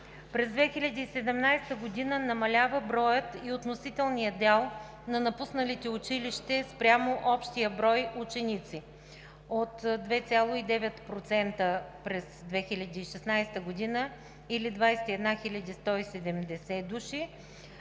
През 2017 г. намалява броят и относителният дял на напусналите училище спрямо общия брой ученици – от 2,9% през 2016 г. (или 21 170 души)